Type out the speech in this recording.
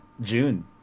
june